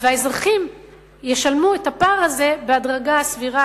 והאזרחים ישלמו את הפער הזה בהדרגה סבירה,